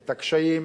את הקשיים.